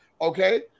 okay